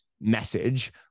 message